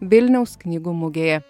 vilniaus knygų mugėje